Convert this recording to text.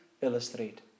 illustrate